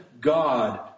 God